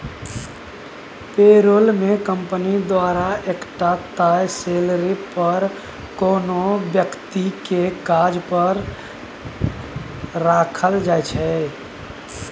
पे role मे company द्वारा एकटा तय सेलरी पर कोनो बेकती केँ काज पर राखल जाइ छै